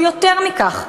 יותר מכך,